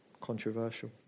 controversial